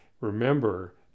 remember